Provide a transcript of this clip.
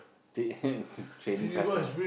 the training customer